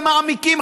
מעמיקים,